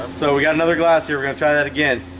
and so we got another glass here we're gonna try that again,